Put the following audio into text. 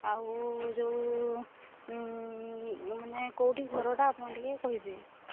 ଆଉ ଯେଉଁ ମାନେ କେଉଁଠି ଘରଟା ଆପଣ ଟିକିଏ କହିବେ